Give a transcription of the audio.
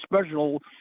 special